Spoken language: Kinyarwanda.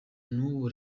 n’ubu